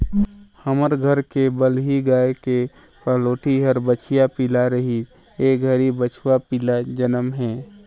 हमर घर के बलही गाय के पहलोठि हर बछिया पिला रहिस ए घरी बछवा पिला जनम हे